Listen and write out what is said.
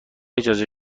اجازه